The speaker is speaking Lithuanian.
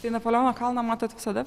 tai napoleono kalną matot visada